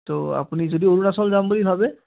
ত' আপুনি যদি অৰুণাচল যাম বুলি ভাবে